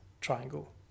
triangle